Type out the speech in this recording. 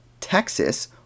Texas